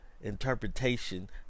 interpretation